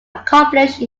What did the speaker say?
accomplished